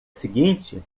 seguinte